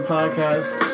Podcast